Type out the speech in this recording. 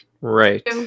Right